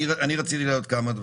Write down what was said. אני רציתי להעלות כמה דברים.